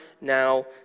now